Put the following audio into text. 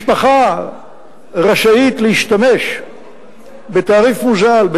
משפחה רשאית להשתמש בתעריף מוזל,